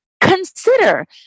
Consider